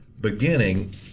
beginning